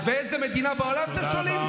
אז באיזו מדינה בעולם, אתם שואלים?